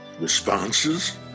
Responses